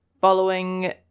following